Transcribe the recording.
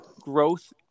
growth